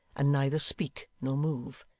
and neither speak nor move.